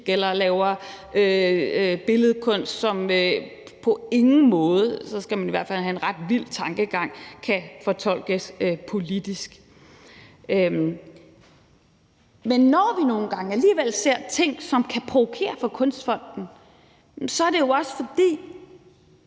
eller laver billedkunst, som på ingen måde – så skal man i hvert fald have en ret vild tankegang – kan fortolkes som politisk. Men når vi nogle gange alligevel ser ting, som kan provokere, og som får støtte fra Kunstfonden, så er det jo også, fordi